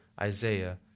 Isaiah